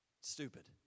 Stupid